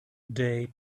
day